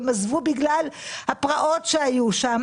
הן עזבו בגלל הפרעות שהיו שם.